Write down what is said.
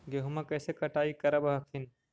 गेहुमा कैसे कटाई करब हखिन?